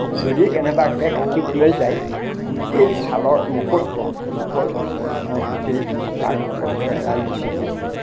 যদি কেনেবাকৈ কাটিবলৈ যায় গোটেই ছালৰ মুকুটটো মুখৰ মুখ মানে গোটেই গাৰ মুকুটটো এৰাই গুচি যায়